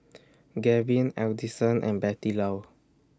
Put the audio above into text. Gavyn Adison and Bettylou